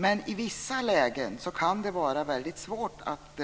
Men i vissa lägen kan det vara väldigt svårt att